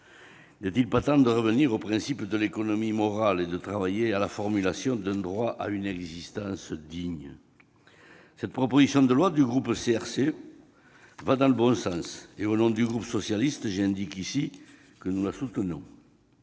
N'est-il pas temps de revenir aux principes d'une économie morale et de travailler à la formulation d'un droit à une existence digne ? Cette proposition de loi du groupe CRCE va dans le bon sens et, au nom du groupe socialiste, j'indique ici que nous la soutenons.